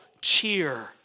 cheer